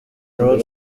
road